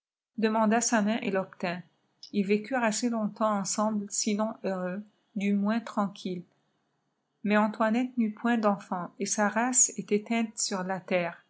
demanda sa main et l'obtint ils vécurent assez longtemps ensemble sinon heureux du moins tranquilles mais antoinette n'eut point d'enfants et sa race est éteinte sur la terre